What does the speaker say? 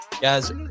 Guys